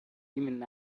even